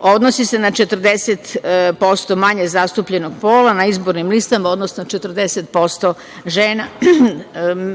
odnosi se na 40% manje zastupljenog pola na izbornim listama, odnosno 40% žena.